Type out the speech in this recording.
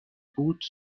بود